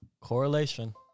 Correlation